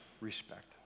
respect